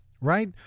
right